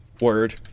word